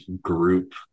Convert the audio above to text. group